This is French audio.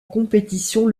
compétition